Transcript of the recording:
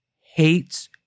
hates